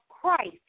Christ